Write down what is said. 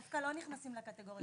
דווקא לא נכנסים לקטגוריה של מונשמים.